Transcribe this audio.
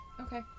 Okay